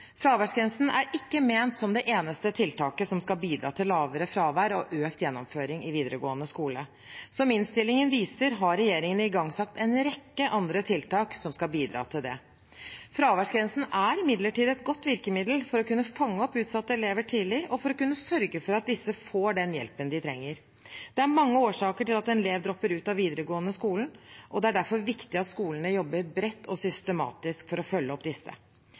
Fraværsgrensen er ikke ment som det eneste tiltaket som skal bidra til lavere fravær og økt gjennomføring i videregående skole. Som innstillingen viser, har regjeringen igangsatt en rekke andre tiltak som skal bidra til det. Fraværsgrensen er imidlertid et godt virkemiddel for å kunne fange opp utsatte elever tidlig, og for å kunne sørge for at disse får den hjelpen de trenger. Det er mange årsaker til at en elev dropper ut av videregående skole. Det er derfor viktig at skolene jobber bredt og systematisk for å følge opp disse.